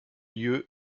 lieu